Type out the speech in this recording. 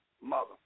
Mother